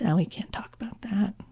and we can't talk about that.